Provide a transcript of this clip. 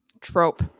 trope